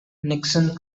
nixon